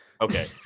Okay